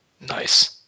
Nice